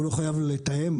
הוא לא חייב לתאם,